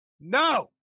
no